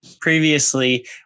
previously